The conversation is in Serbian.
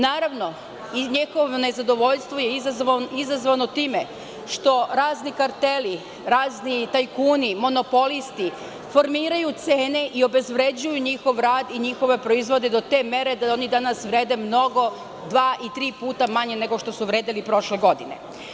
Naravno, njihovo nezadovoljstvo je izazvano time što razni karteli, razni tajkuni, razni monopolisti, formiraju cene i obezvređuju njihov rad i njihove proizvode do te mere da oni danas vrede mnogo manje, dva ili tri puta manje nego što su vredeli prošle godine.